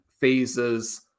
phases